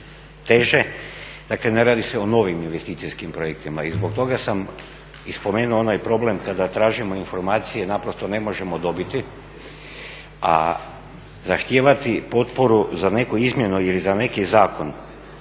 teže. Dakle ne radi se o novim investicijskim projektima i zbog toga sam i spomenuo onaj problem kada tražimo informacije naprosto ne možemo dobiti. A zahtijevati potporu za neku izmjenu ili za neki zakon